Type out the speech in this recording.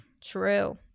True